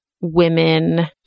women